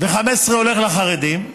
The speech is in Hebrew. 15% הולכים לחרדים,